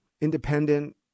independent